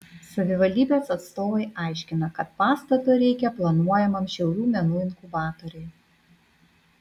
savivaldybės atstovai aiškina kad pastato reikia planuojamam šiaulių menų inkubatoriui